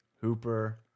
hooper